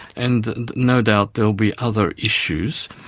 and no doubt there'll be other issues.